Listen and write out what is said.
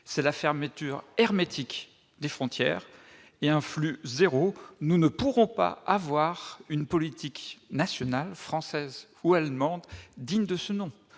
c'est la fermeture hermétique des frontières et un flux zéro, nous ne pourrons pas avoir une politique nationale, française ou allemande, digne de ce nom.